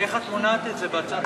איך את מונעת את זה בהצעת החוק?